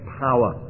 power